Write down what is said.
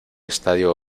estadio